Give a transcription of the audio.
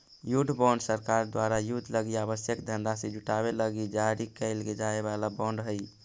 युद्ध बॉन्ड सरकार द्वारा युद्ध लगी आवश्यक धनराशि जुटावे लगी जारी कैल जाए वाला बॉन्ड हइ